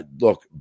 look